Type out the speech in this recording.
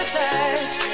touch